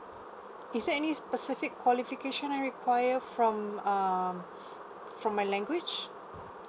is there any specific qualification are require from um from my language